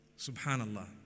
Subhanallah